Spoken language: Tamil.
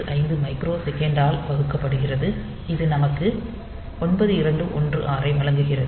085 மைக்ரோ செகண்டால் வகுக்கப்படுகிறது இது நமக்கு 9216 ஐ வழங்குகிறது